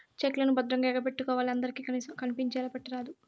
check లను భద్రంగా ఎగపెట్టుకోవాలి అందరికి కనిపించేలా పెట్టరాదు